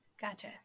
Gotcha